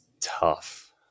tough